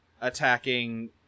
attacking